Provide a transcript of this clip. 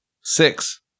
Six